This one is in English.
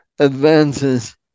Advances